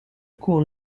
cours